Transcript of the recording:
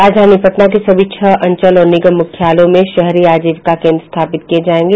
राजधानी पटना के सभी छह अंचल और निगम मुख्यालयों में शहरी अजीविका केन्द्र स्थापित किये जायेंगे